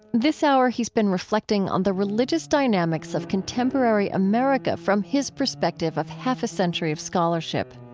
this hour he's been reflecting on the religious dynamics of contemporary america from his perspective of half a century of scholarship.